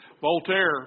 Voltaire